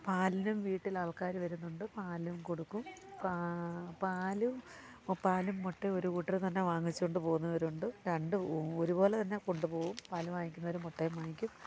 പാലിനും വീട്ടിൽ ആൾക്കാർ വരുന്നുണ്ട് പാലും കൊടുക്കും പാലും പാലും മുട്ടയും ഒരുകൂട്ടരുതന്നെ വാങ്ങിച്ചോണ്ട്പോകുന്നവരുണ്ട് രണ്ടും ഒരുപോലെതന്നെ കൊണ്ടുപോകും പാല് വാങ്ങിക്കുന്നവര് മുട്ടയും വാങ്ങിക്കും